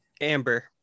Amber